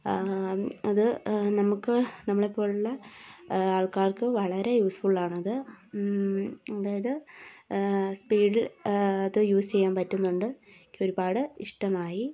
അത് നമുക്ക് നമ്മളെ പോലെയുള്ള ആൾക്കാർക്ക് വളരെ യൂസ്ഫുൾ ആണത് അതായത് സ്പീഡിൽ അത് യൂസ് ചെയ്യാൻ പറ്റുന്നുണ്ട് എനിക്ക് ഒരുപാട് ഇഷ്ടമായി